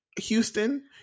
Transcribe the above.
Houston